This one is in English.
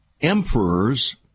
emperors